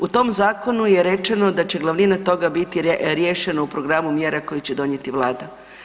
U tom Zakonu je rečeno da će glavnina toga biti riješeno u programu mjera koje će donijeti Vlada.